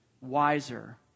wiser